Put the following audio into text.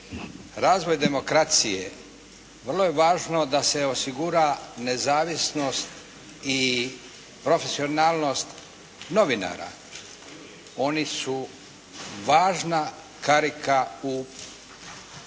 razvoj demokracije vrlo je važno da se osigura nezavisnost i profesionalnost novinara. Oni su važna karika u prijenosu